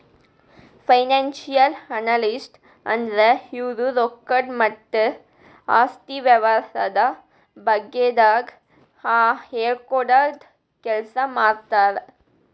financial analyst ಅಂದ್ರ ಇವ್ರು ರೊಕ್ಕದ್ ಮತ್ತ್ ಆಸ್ತಿ ವ್ಯವಹಾರದ ಬಗ್ಗೆದಾಗ್ ಹೇಳ್ಕೊಡದ್ ಕೆಲ್ಸ್ ಮಾಡ್ತರ್